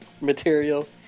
material